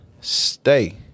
Stay